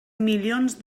milions